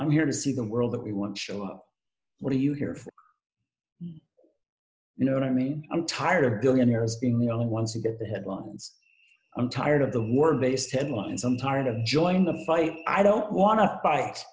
i'm here to see the world that we want to show up what do you hear if you know what i mean i'm tired of billionaires being the only ones who get the headlines i'm tired of the war based headlines i'm tired of join the fight i don't want to fight